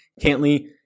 Cantley